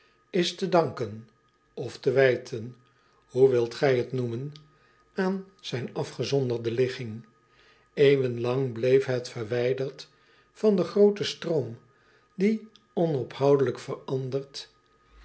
is te danken of te wijten hoe wilt gij het noemen aan zijn afgezonderde ligging euwen lang bleef het verwijderd van den grooten stroom die onophoudelijk verandert